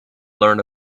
learn